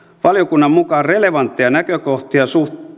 valiokunnan mukaan relevantteja näkökohtia